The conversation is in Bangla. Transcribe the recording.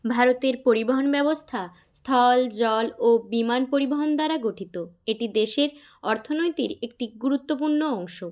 ভারতের পরিবহন ব্যবস্থা স্থল জল ও বিমান পরিবহন দ্বারা গঠিত এটি দেশের অর্থনীতির একটি গুরুত্বপূর্ণ অংশ